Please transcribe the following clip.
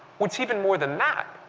what's even more than that,